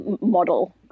model